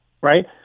right